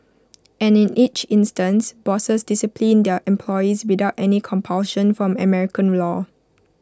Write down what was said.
and in each instance bosses disciplined their employees without any compulsion from American law